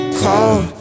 cold